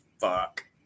fuck